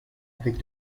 avec